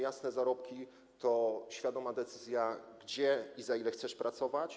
Jasne zarobki to świadoma decyzja, gdzie i za ile chcesz pracować.